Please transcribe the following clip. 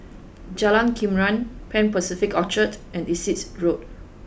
Jalan Krian Pan Pacific Orchard and Essex Road